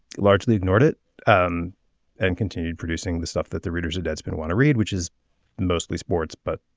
largely ignored it um and continued producing the stuff that the readers of that's been one to read which is mostly sports but